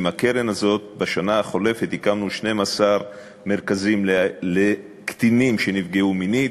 עם הקרן הזאת הקמנו בשנה החולפת 12 מרכזים לקטינים שנפגעו מינית,